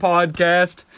Podcast